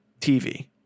TV